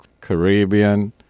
Caribbean